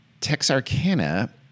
Texarkana